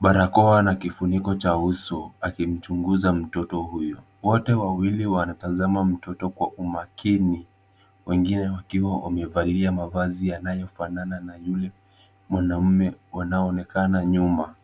Barakoa na kifuniko cha uso akimchunguza mtoto huyo. Wote wawili wanatazama mtoto kwa umakini. Wengine wakiwa wamevalia mavazi yanayofanana na yule mwanaume wanaonekana nyuma.